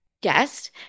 guest